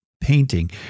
painting